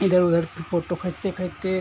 इधर उधर फ़ोटो खींचते खींचते